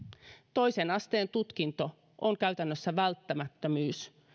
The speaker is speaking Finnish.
toisen asteen tutkinto on käytännössä välttämättömyys